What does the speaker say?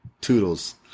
toodles